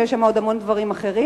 שיש שם עוד המון דברים אחרים,